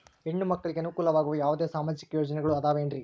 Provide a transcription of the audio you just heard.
ಹೆಣ್ಣು ಮಕ್ಕಳಿಗೆ ಅನುಕೂಲವಾಗುವ ಯಾವುದೇ ಸಾಮಾಜಿಕ ಯೋಜನೆಗಳು ಅದವೇನ್ರಿ?